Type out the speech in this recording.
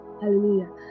Hallelujah